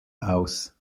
aus